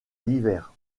l’hiver